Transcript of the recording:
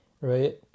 right